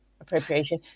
appropriation